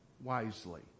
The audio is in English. wisely